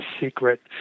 secret